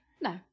No